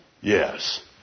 Yes